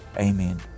Amen